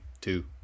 two